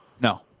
No